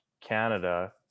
canada